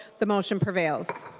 the motion prevails.